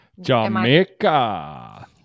Jamaica